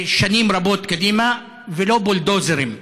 לשנים רבות קדימה, ולא בולדוזרים.